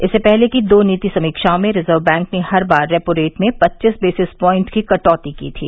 इससे पहले की दो नीति समीक्षाओं में रिजर्व बैंक ने हर बार रेपो रेट में पच्चीस वेसिस प्वाइंट्स की कटौती की थी